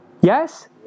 Yes